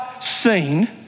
seen